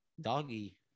doggy